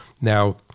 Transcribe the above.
Now